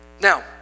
Now